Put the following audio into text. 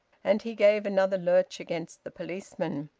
and he gave another lurch against the policeman.